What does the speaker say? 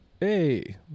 Hey